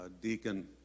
Deacon